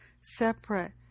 separate